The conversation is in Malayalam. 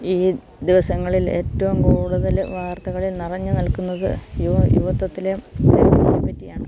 ഈ ദിവസങ്ങളിൽ ഏറ്റവും കൂടുതല് വാർത്തകളിൽ നിറഞ്ഞുനിൽക്കുന്നത് യുവത്വത്തിലെ പറ്റിയാണ്